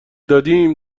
دادیم